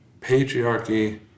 patriarchy